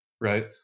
right